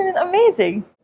amazing